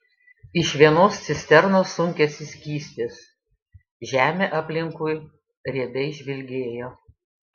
iš vienos cisternos sunkėsi skystis žemė aplinkui riebiai žvilgėjo